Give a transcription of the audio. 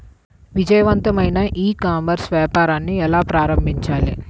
విజయవంతమైన e commerce వ్యాపారాన్ని ఎలా ప్రారంభించాలి?